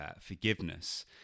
forgiveness